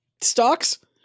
stocks